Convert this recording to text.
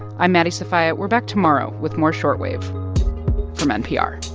i'm maddie sofia. we're back tomorrow with more short wave from npr